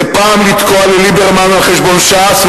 זה פעם לתקוע לליברמן על חשבון ש"ס,